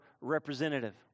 representative